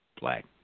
Black